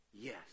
Yes